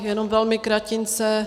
Jenom velmi kratince.